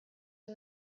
and